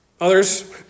Others